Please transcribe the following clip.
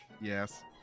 Yes